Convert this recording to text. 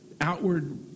outward